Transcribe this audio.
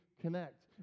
connect